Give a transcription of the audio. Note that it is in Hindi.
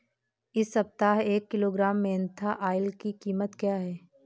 इस सप्ताह एक किलोग्राम मेन्था ऑइल की कीमत क्या है?